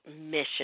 mission